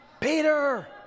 Peter